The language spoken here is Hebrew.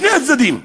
משני הצדדים,